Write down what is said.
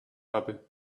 habe